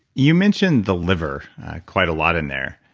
you mentioned the liver quite a lot in there,